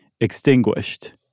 extinguished